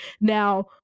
Now